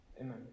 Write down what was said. Amen